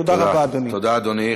תודה רבה, אדוני.